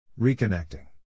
Reconnecting